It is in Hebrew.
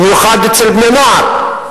במיוחד אצל בני-נוער.